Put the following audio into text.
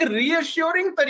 reassuring